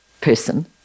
person